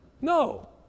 No